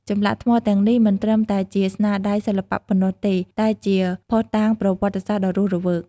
ចម្លាក់ថ្មទាំងនេះមិនត្រឹមតែជាស្នាដៃសិល្បៈប៉ុណ្ណោះទេ តែជាភស្តុតាងប្រវត្តិសាស្ត្រដ៏រស់រវើក។